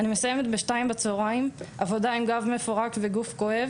אני מסיימת ב-14:00 עבודה עם גב מפורק וגוף כואב